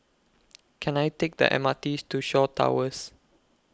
Can I Take The MRT's to Shaw Towers